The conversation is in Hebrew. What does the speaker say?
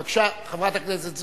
בבקשה, חברת הכנסת זועבי.